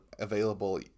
available